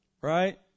Right